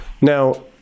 Now